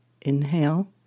inhale